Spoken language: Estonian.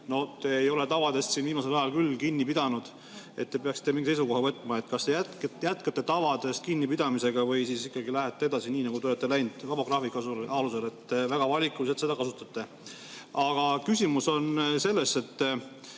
te ei ole tavadest siin viimasel ajal küll kinni pidanud. Te peaksite seisukoha võtma, kas te jätkate tavadest kinnipidamisega või lähete edasi, nii nagu te olete läinud, vabagraafiku alusel. Väga valikuliselt seda kasutate. Aga küsimus on selles.